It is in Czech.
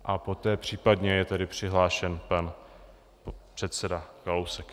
A poté případně je tedy přihlášen pan předseda Kalousek.